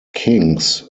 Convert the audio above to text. kings